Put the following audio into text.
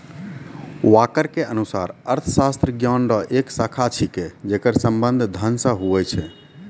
walker के अनुसार अर्थशास्त्र ज्ञान रो एक शाखा छिकै जेकर संबंध धन से हुवै छै